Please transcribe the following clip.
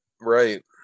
Right